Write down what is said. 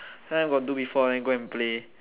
last time got do before then go and okay